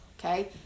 okay